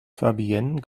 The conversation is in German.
fabienne